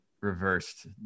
reversed